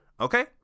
Okay